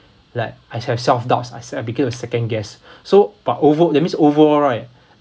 like I start to have self doubts it's like I began to have second guess so but over~ that means overall right